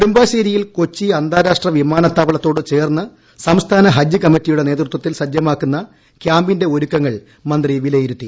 നെടുമ്പാശ്ശേരിയിൽ കൊച്ചി അന്താരാഷ്ട്ര വിമാനത്താവളത്തോടു ചേർന്ന് സംസ്ഥാന ഹജ്ജ് കമ്മിറ്റിയുടെ നേതൃത്വത്തിൽ സജ്ജമാക്കുന്ന കൃാമ്പിന്റെ ഒരുക്കങ്ങൾ മന്ത്രി വിലയിരുത്തി